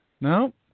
no